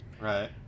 Right